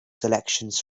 selections